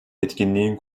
etkinliğin